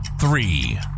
three